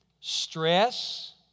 Stress